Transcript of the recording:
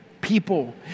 people